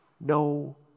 No